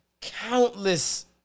countless